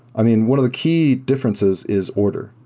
i mean, one of the key differences is order.